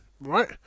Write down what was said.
right